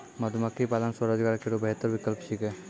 मधुमक्खी पालन स्वरोजगार केरो बेहतर विकल्प छिकै